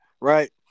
Right